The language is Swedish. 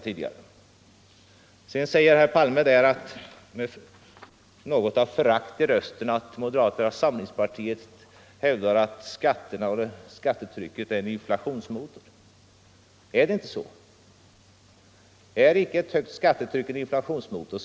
Vidare säger herr Palme med något av förakt i rösten att moderata samlingspartiet hävdar, att skatterna och skattetrycket är en inflationsmotor. Är det inte så? Är icke ett högt skattetryck en inflationsmotor?